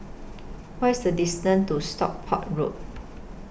What IS The distance to Stockport Road